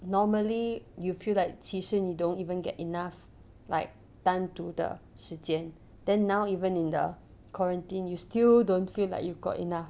normally you feel like 其实你 don't even get enough like 单独的时间 then now even in the quarantine you still don't feel like you've got enough